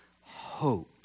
hope